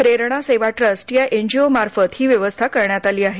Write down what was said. प्रेरणा Seva trust या NGO मार्फत ही व्यवस्था करण्यात आली आहे